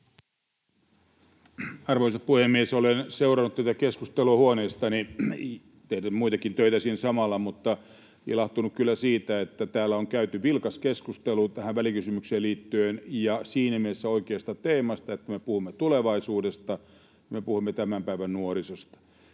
Arvoisa puhemies! Olen seurannut tätä keskustelua huoneestani, tehden muitakin töitä siinä samalla, mutta olen ilahtunut kyllä siitä, että täällä on käyty vilkas keskustelu tähän välikysymykseen liittyen ja siinä mielessä oikeasta teemasta, että me puhumme tulevaisuudesta, me puhumme tämän päivän nuorisosta.